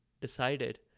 decided